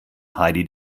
heidi